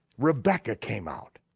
rebekah came out,